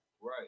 Right